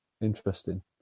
interesting